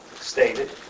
stated